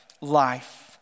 life